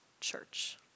church